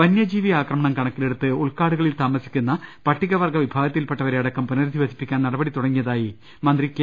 വനൃജീവി ആക്രമണം കണക്കിലെടുത്ത് ഉൾക്കാടുകളിൽ താമ സിക്കുന്ന പട്ടികവർഗ വിഭാഗത്തിൽപ്പെട്ടവരെയടക്കം പുനരധിവസി പ്പിക്കാൻ നടപടി തുടങ്ങിയതായി മന്ത്രി കെ